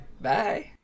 Bye